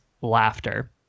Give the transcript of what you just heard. laughter